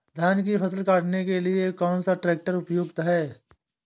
धान की फसल काटने के लिए कौन सा ट्रैक्टर उपयुक्त है?